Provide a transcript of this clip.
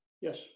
Yes